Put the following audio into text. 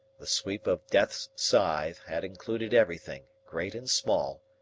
the sweep of death's scythe had included everything, great and small,